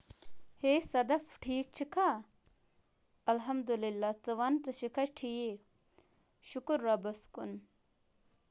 ہَے سَدف ٹھیٖک چھُکھا الحمدللہ ژٕ وَن ژٕ چھکھا ٹھیٖک شُکُر رۄبَس کُن